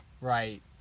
Right